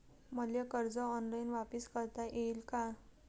मले कर्ज ऑनलाईन वापिस करता येईन का?